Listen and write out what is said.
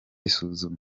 isuzuma